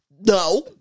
no